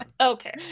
okay